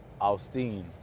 Austin